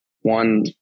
one